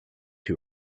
two